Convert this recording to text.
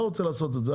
לא רוצה לעשות את זה,